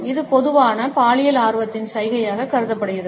இது பொதுவாக பாலியல் ஆர்வத்தின் சைகையாக கருதப்படுகிறது